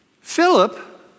Philip